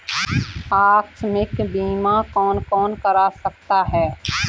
आकस्मिक बीमा कौन कौन करा सकता है?